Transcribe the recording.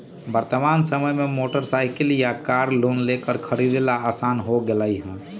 वर्तमान समय में मोटर साईकिल या कार लोन लेकर खरीदे ला आसान हो गयले है